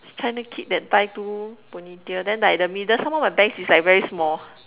China kid that tie two ponytails then like the middle some more my bangs is like very small